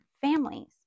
families